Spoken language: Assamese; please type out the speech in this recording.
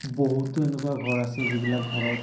বহুতো এনেকুৱা ঘৰ আছে যিবিলাক ঘৰত